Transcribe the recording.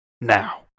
now